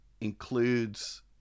includes